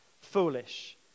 foolish